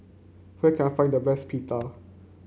where can I find the best Pita